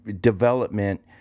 development